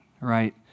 right